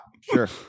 Sure